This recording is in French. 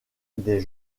des